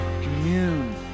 commune